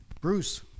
Bruce